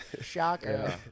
Shocker